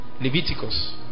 Leviticus